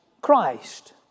Christ